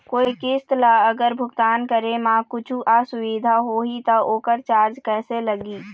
कोई किस्त ला अगर भुगतान करे म कुछू असुविधा होही त ओकर चार्ज कैसे लगी?